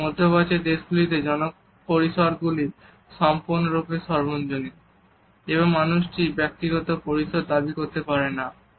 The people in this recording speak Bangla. তখন মধ্য প্রাচ্যের দেশগুলিতে জনপরিসরগুলি সম্পূর্ণরূপে সর্বজনীন এবং মানুষটি ব্যক্তিগত পরিসর দাবি করতে পারে না